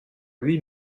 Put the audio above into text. lui